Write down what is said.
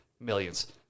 Millions